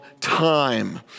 time